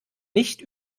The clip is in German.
nicht